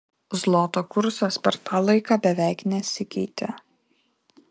zloto kursas per tą laiką beveik nesikeitė